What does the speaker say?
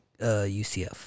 UCF